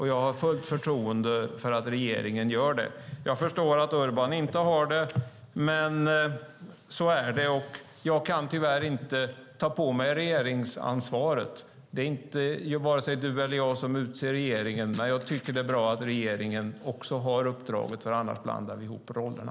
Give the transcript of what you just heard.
Jag har fullt förtroende för att regeringen gör det. Jag förstår att Urban inte har det, men så är det. Jag kan tyvärr inte ta på mig regeringsansvaret. Varken du eller jag utser regeringen. Jag tycker att det är bra att regeringen har uppdraget, för annars blandar vi ihop rollerna.